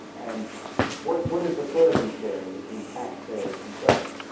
and what what is the burden-sharing between taxpayers and creditors?